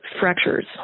fractures